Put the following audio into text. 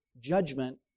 judgment